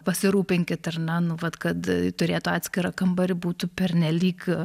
pasirūpinkit ar ne nu vat kad turėtų atskirą kambarį būtų pernelyg